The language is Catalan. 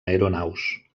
aeronaus